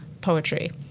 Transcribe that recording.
poetry